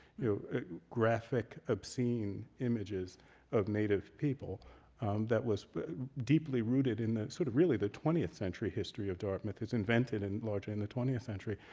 you know graphic, obscene images of native people that was deeply rooted in the sort of, really the twentieth century history of dartmouth. it's invented and largely in the twentieth century.